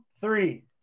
three